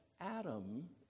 Adam